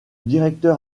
directeur